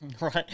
Right